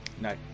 No